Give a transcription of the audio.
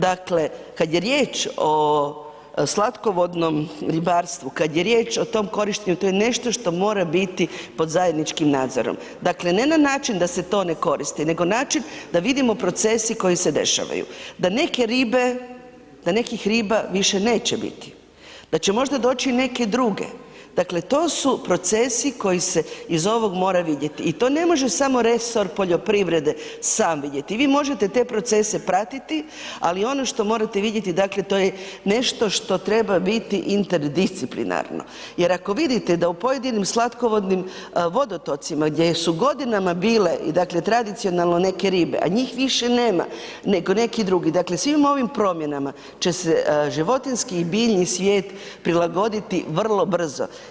Dakle kad je riječ o slatkovodnom ribarstvu, kad je riječ o tom korištenju, to je nešto što mora biti pod zajedničkim nadzorom, dakle ne na način da se to ne koristi, nego način da vidimo procesi koji se dešavaju, da neke ribe, da nekih riba više neće biti, da će možda doći i neke druge, dakle to su procesi koji se iz ovog mora vidjeti i to ne može samo resor poljoprivrede sam vidjeti, vi možete te procese pratiti ali ono što morate vidjeti, dakle to je nešto što treba biti interdisciplinarno jer ako vidite da u pojedinim slatkovodnim vodotocima gdje su godinama bile i dakle tradicionalno neke ribe a njih više nema nego neki drugi, dakle svim ovim promjenama će se životinjski i biljni svijet prilagoditi vrlo brzo.